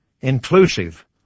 inclusive